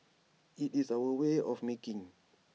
IT is our way of making